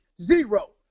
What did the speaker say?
Zero